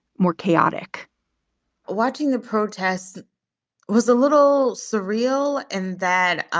more chaotic watching the protests was a little surreal in that